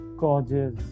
gorgeous